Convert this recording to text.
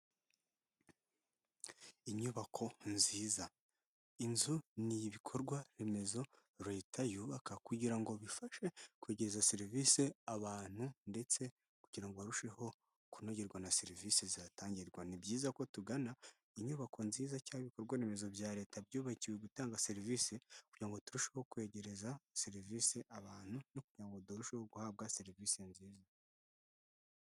Inyubako nziza. Inzu n'ibikorwa remezo leta yubaka kugira ngo bifashe kwegereza serivisi abantu ndetse kugira ngo barusheho kunogerwa na serivisi zihatangirwa ni byiza ko tugana inyubako nziza cyangwa ibikorwa remezo bya leta byubakiwe gutanga serivisi kugirango ngo turusheho kwegereza serivisi abantu no kugira ngo turusheho guhabwa serivisi nziza.